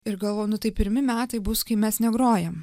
ir galvoju nu tai pirmi metai bus kai mes negrojam